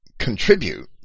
contribute